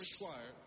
required